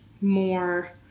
more